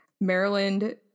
Maryland